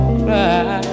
cry